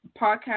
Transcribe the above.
podcast